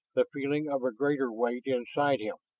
the feeling of a greater weight inside him.